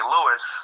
Lewis